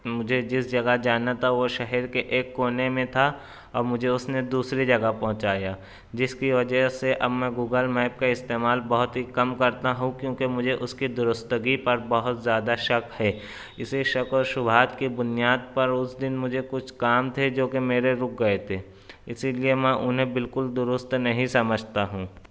مجھے جس جگہ جانا تھا وہ شہر کے ایک کونے میں تھا اور مجھے اس نے دوسری جگہ پہونچایا جس کی وجہ سے اب میں گوگل میپ کا استعمال بہت ہی کم کرتا ہوں کیونکہ مجھے اس کی درستگی پر بہت زیادہ شک ہے اسی شک و شبہات کی بنیاد پر اس دن مجھے کچھ کام تھے جو کہ میرے رک گئے تھے اسی لیے میں انہیں بالکل درست نہیں سمجھتا ہوں